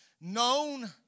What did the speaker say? Known